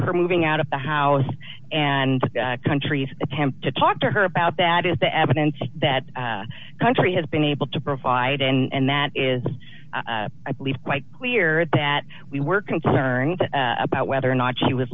her moving out of the house and countries attempt to talk to her about that is the evidence that country has been able to provide and that is i believe quite clear that we were concerned about whether or not she was